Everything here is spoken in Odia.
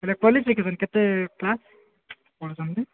ହେଲେ କ୍ୱାଲିଫିକେସନ୍ କେତେ କ୍ଲାସ୍ ପଢ଼ିଛନ୍ତି